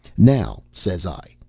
now, says i,